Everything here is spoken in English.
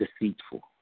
deceitful